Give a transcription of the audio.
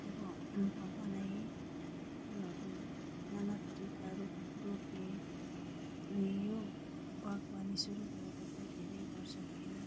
बनाएँ फुलहरू नानाथरीका रुख रोपेँ अनि यो बागवानी सुरु गरेको चाहिँ धेरै वर्ष भयो